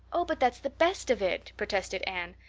oh, but that's the best of it, protested anne.